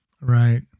Right